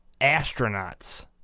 astronauts